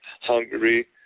Hungary